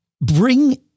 bring